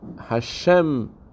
Hashem